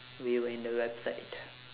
we were in the website